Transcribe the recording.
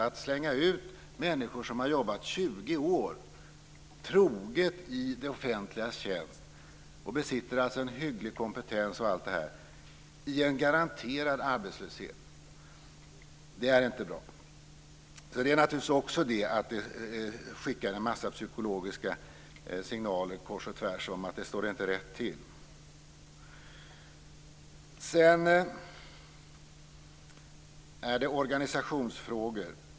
Att slänga ut människor som troget har jobbat 20 år i det offentligas tjänst och alltså besitter en hygglig kompetens osv. i garanterad arbetslöshet är inte bra. Allt det här skickar naturligtvis också en massa psykologiska signaler kors och tvärs om att det inte står rätt till. Sedan har vi organisationsfrågor.